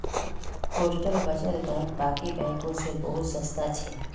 postal बचत bank बाकी बैंकों से बहुत सस्ता छे